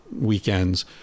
weekends